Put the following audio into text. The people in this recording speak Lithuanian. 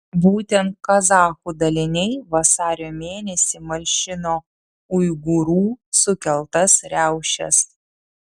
būtent kazachų daliniai vasario mėnesį malšino uigūrų sukeltas riaušes